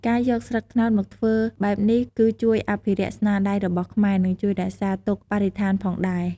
ការយកស្លឹកត្នោតមកធ្វើបែបនេះគឺជួយអភិរក្សស្នាដៃរបស់ខ្មែរ និងជួយរក្សាទុកបរិស្ថានផងដែរ។